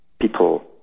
people